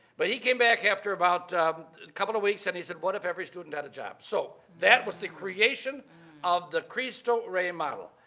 but he came back after about a couple of weeks, and he said, what if every student had a job? so that was the creation of the christo rey model.